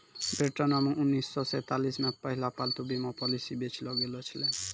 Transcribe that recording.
ब्रिटेनो मे उन्नीस सौ सैंतालिस मे पहिला पालतू बीमा पॉलिसी बेचलो गैलो छलै